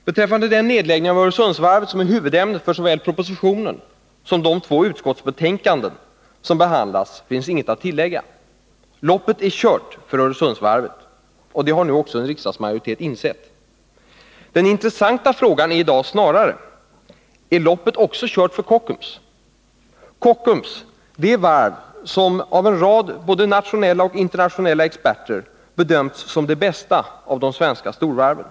Beträffande den nedläggning av Öresundsvarvet som är huvudämnet för såväl propositionen som de två utskottsbetänkanden som behandlas finns inget att tillägga. Loppet är kört för Öresundsvarvet, och det har nu en riksdagsmajoritet insett. Den intressanta frågan är i dag snarare denna: Är loppet också kört för Kockums, det varv som av en rad nationella och internationella experter bedöms som det bästa av de svenska storvarven?